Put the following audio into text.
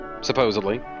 supposedly